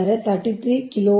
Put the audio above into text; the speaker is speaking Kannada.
ಆದರೆ 33 KV